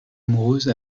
amoureuse